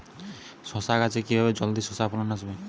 শশা গাছে কিভাবে জলদি শশা ফলন আসবে?